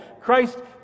Christ